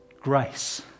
grace